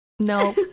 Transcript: no